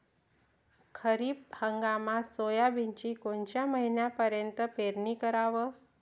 खरीप हंगामात सोयाबीनची कोनच्या महिन्यापर्यंत पेरनी कराव?